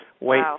wait